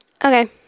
Okay